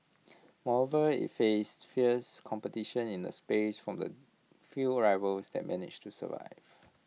moreover IT face fierce competition in the space from the few rivals that managed to survive